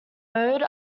mode